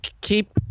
keep